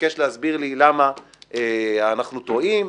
וביקש להסביר לי למה אנחנו טועים.